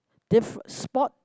diff~ spot